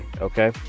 okay